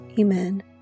Amen